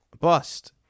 bust